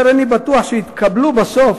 אשר איני בטוח שיתקבלו בסוף.